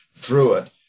Druid